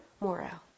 morale